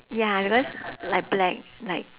ya because like black like